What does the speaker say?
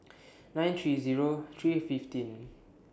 nine three Zero three fifteen